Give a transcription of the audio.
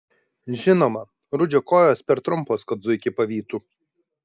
žinoma rudžio kojos per trumpos kad zuikį pavytų